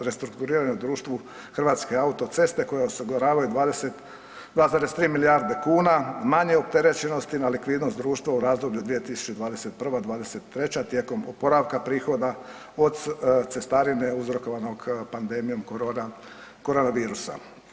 restrukturiranja u društvu Hrvatske autoceste koje osiguravaju 2,3 milijarde kuna, manje opterećenosti na likvidnost društva u razdoblju 2021.-23. tijekom oporavka prihoda od cestarine uzrokovanog pandemijom korona virusa.